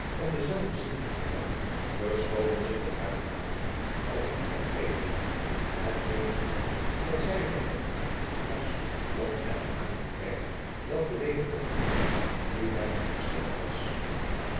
om dezelve zindelijk te houden verscholen zich op hare nadering als die van vreemdelingen et eenig gewoel dat zij er ontdekten was om en aan de kerk welke weder opgebouwd nu bijna hersteld was